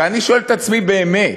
ואני שואל את עצמי באמת,